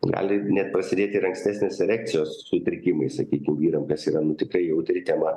gali net prasidėti ir ankstesnės erekcijos sutrikimai sakykim vyram kas yra nu tikrai jautri tema